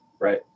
right